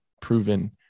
proven